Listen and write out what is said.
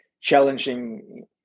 challenging